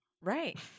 Right